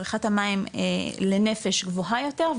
צריכת המים לנפש גבוהה יותר,